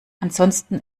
ansonsten